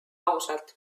ausalt